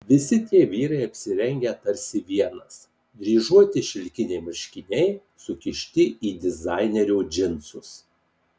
visi tie vyrai apsirengę tarsi vienas dryžuoti šilkiniai marškiniai sukišti į dizainerio džinsus